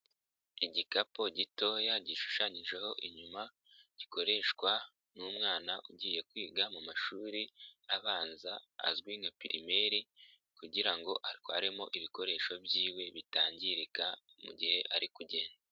Igikapu gitoya gishushanyijeho inyuma, gikoreshwa n'umwana ugiye kwiga mu mashuri abanza azwi nka pirimeri, kugira ngo atwaremo ibikoresho byiwe bitangirika mugihe ari kugenda.